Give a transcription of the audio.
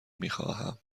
میخواهتم